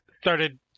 started